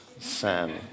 Sam